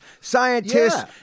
scientists